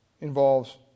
involves